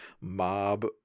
mob